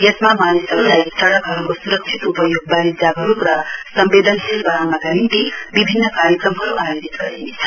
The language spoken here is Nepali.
यसमा मानिसहरूलाई सडकहरूको स्रक्षित उपयोगबारे जागरूक र संवेदनशील बनाउनका लागि विभिन्न कार्यक्रमहरू आयोजित गरिनेछ